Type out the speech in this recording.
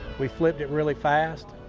we flipped it really fast.